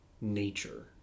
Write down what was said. nature